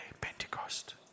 Pentecost